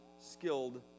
skilled